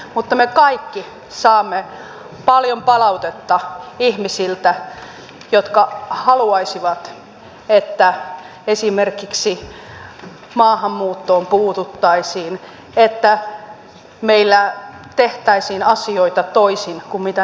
mutta me kaikki saamme paljon palautetta ihmisiltä jotka haluaisivat että esimerkiksi maahanmuuttoon puututtaisiin että meillä tehtäisiin asioita toisin kuin mitä nyt tapahtuu